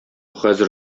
хәзер